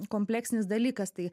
kompleksinis dalykas tai